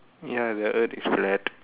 ya the earth is flat